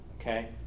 okay